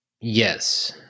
yes